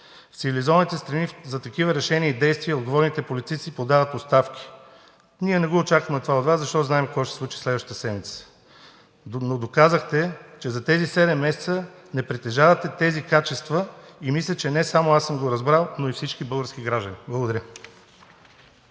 В цивилизованите страни за такива решения и действия отговорните политици подават оставки. Ние не го очакваме това от Вас, защото знаем какво ще се случи следващата седмица, но доказахте, че за тези седем месеца не притежавате тези качества и мисля, че не само аз съм го разбрал, но и всички български граждани. Благодаря.